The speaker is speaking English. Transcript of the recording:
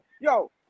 Yo